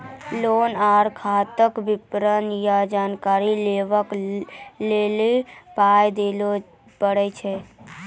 Loan आर खाताक विवरण या जानकारी लेबाक लेल पाय दिये पड़ै छै?